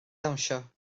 dawnsio